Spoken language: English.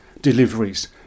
deliveries